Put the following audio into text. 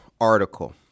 article